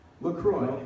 LaCroix